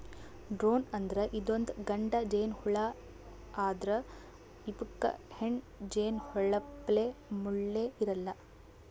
drone ಅಂದ್ರ ಇದೊಂದ್ ಗಂಡ ಜೇನಹುಳಾ ಆದ್ರ್ ಇವಕ್ಕ್ ಹೆಣ್ಣ್ ಜೇನಹುಳಪ್ಲೆ ಮುಳ್ಳ್ ಇರಲ್ಲಾ